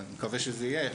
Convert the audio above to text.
אני מקווה שזה יהיה,